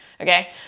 Okay